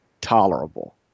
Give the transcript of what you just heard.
tolerable